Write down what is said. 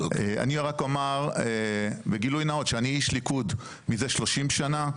אני רק אומר בגילוי נאות שאני איש ליכוד מזה 30 שנה.